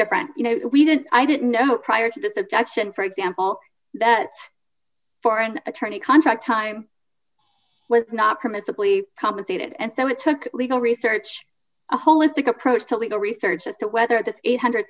different you know we didn't i didn't know prior to this objection for example that for an attorney contract time was not permissibly compensated and so it took legal research a holistic approach to legal research as to whether this eight hundred